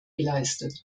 geleistet